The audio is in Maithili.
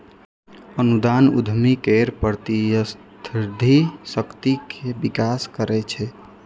अनुदान उद्यमी केर प्रतिस्पर्धी शक्ति केर विकास करै छै